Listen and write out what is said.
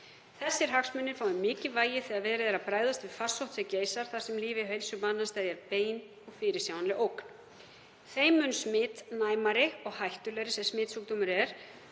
Þessir hagsmunir fái mikið vægi þegar verið er að bregðast við farsótt sem geisar þar sem að lífi og heilsu manna steðjar bein og fyrirsjáanleg ógn. Þeim mun smitnæmari og hættulegri sem smitsjúkdómur er